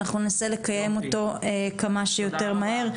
אנחנו ננסה לקיים אותו כמה שיותר מהר.